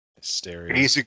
hysteria